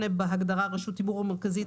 בהגדרה רשות תמרור מרכזית,